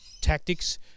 tactics